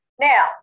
now